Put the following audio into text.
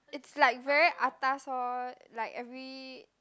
it's like very atas lor like every